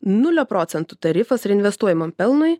nulio procentų tarifas reinvestuojamam pelnui